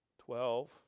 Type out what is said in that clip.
Twelve